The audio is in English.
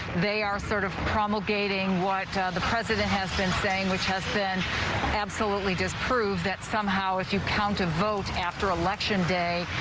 they are sort of promulgating what the president has been saying we test then absolutely disprove that somehow if you count a vote after election day.